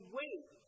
wait